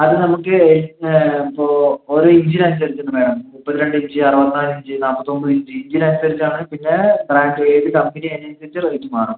അത് നമുക്ക് ഇപ്പോൾ ഓരോ ഇഞ്ചിന് അനുസരിച്ച് ഉണ്ട് മാഡം മുപ്പത്തിരണ്ട് ഇഞ്ച് അറുപത്തിനാല് ഇഞ്ച് നാല്പത്തിയൊൻപത് ഇഞ്ച് ഇഞ്ചിന് അനുസരിച്ചാണ് പിന്നെ ഫ്ലാറ്റ് ഏത് കമ്പനി അനുസരിച്ചിട്ട് റേറ്റും മാറും